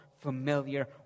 familiar